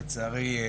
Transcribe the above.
לצערי,